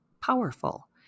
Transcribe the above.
powerful